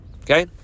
okay